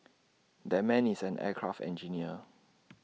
that man is an aircraft engineer